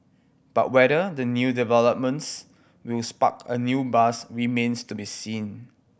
but whether the new developments will spark a new buzz remains to be seen